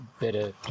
better